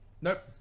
Nope